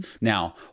Now